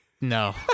no